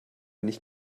nicht